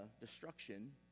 destruction